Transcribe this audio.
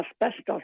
asbestos